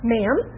Ma'am